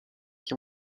qui